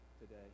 today